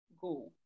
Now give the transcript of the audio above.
go